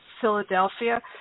Philadelphia